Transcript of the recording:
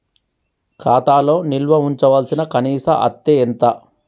ఖాతా లో నిల్వుంచవలసిన కనీస అత్తే ఎంత?